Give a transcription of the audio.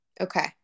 Okay